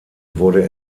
wurde